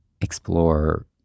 explore